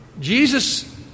Jesus